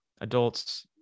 adults